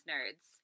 Nerds